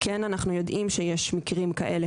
כן אנחנו יודעים שיש מקרים כאלה,